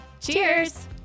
Cheers